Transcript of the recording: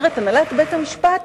אומרת הנהלת בית-המשפט,